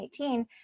2018